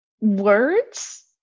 words